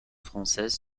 française